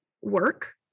work